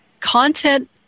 Content